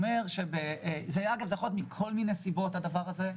עשינו סביב הדבר הזה.